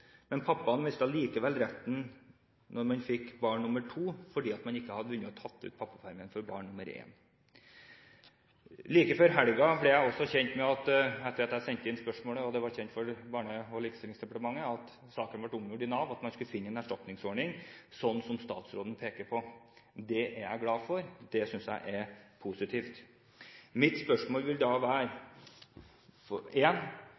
men pappaen mistet likevel retten da han fikk barn nummer to, fordi han ikke hadde rukket å ta ut pappapermen for barn nummer en. Like før helgen, etter at jeg sendte inn spørsmålet og det ble kjent for Barne- og likestillingsdepartementet, ble jeg også kjent med at saken ble omgjort i Nav, og at man skulle finne en erstatningsordning, sånn som statsråden peker på. Det er jeg glad for, og det synes jeg er positivt. Mitt spørsmål vil da være: